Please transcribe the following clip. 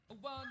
One